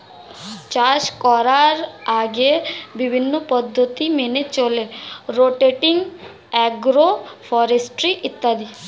চাষ করার আগে বিভিন্ন পদ্ধতি মেনে চলে রোটেটিং, অ্যাগ্রো ফরেস্ট্রি ইত্যাদি